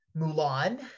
Mulan